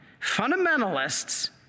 fundamentalists